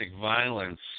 violence